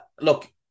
Look